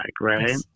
right